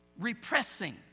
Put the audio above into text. repressing